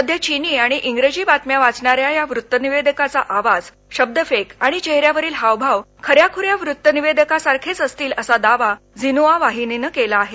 सध्या चीनी आणि इंग्रजी बातम्या वाचणाऱ्या ह्या वृत्त निवेदकाचा आवाज शब्दफेक आणि चेहऱ्यावरील हावभाव खऱ्याखूऱ्या वृत्त निवेदकासारखेच असतील असा दावा झिन्हआ वाहिनीनं केला आहे